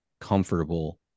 comfortable